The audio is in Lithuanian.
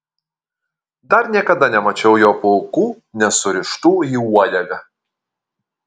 dar niekada nemačiau jo plaukų nesurištų į uodegą